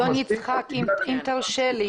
אדון יצחק אם תרשה לי,